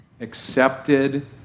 accepted